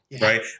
Right